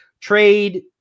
trade